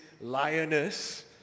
lioness